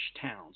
towns